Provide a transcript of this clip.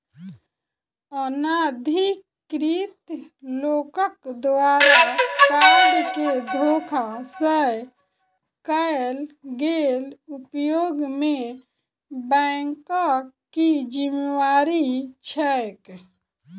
अनाधिकृत लोकक द्वारा कार्ड केँ धोखा सँ कैल गेल उपयोग मे बैंकक की जिम्मेवारी छैक?